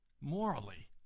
morally